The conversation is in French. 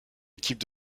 équipe